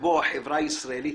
בו נמצאת החברה הישראלית,